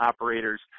operators